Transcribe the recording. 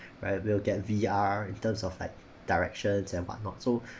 where will get V_R in terms of like directions and what not so